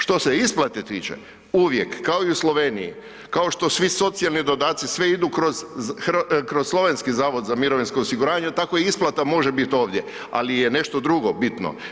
Što se isplate tiče, uvijek, kao i u Sloveniji, kao što svi socijalni dodaci, sve idu kroz, kroz slovenski zavod za mirovinsko osiguranje, tako i isplata može bit ovdje, ali je nešto drugo bitno.